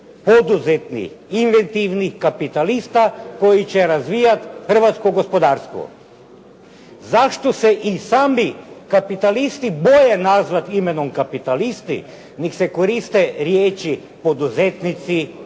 poduzetnih, inventivnih kapitalista koji će razvijati hrvatsko gospodarstvo. Zašto se i sami kapitalisti boje nazvati imenom kapitalisti nego se koriste riječi poduzetnici,